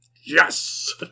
Yes